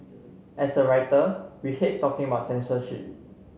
as a writer we hate talking about censorship